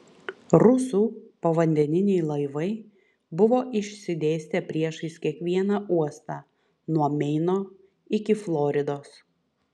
rusų povandeniniai laivai buvo išsidėstę priešais kiekvieną uostą nuo meino iki floridos